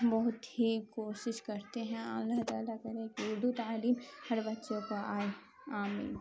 بہت ہی کوشش کرتے ہیں اللہ تعالیٰ کرے کہ اردو تعلیم ہر بچوں کو آئے آمین